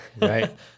right